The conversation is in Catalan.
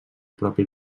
propi